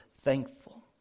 thankful